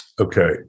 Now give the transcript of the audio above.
Okay